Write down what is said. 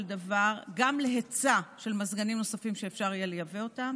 דבר גם להיצע של מזגנים נוספים שאפשר יהיה לייבא אותם